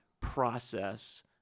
process